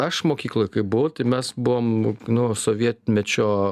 aš mokykloj kai buvau tai mes buvom nu sovietmečio